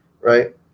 right